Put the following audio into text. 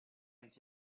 and